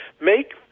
Make